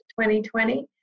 2020